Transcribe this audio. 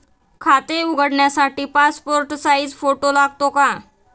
खाते उघडण्यासाठी passport size photo लागतो का?